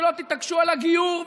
ולא תתעקשו על הגיור,